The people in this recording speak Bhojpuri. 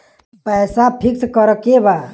पैसा पिक्स करके बा?